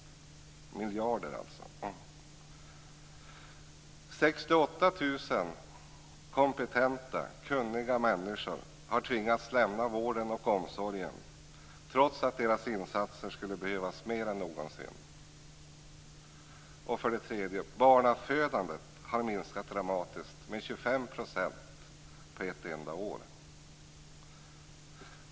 För det andra: 68 000 kompetenta, kunniga människor har tvingats att lämna vården och omsorgen trots att deras insatser skulle behövas mer än någonsin. För det tredje: Barnafödandet har minskat dramatiskt med 25 % på ett enda år.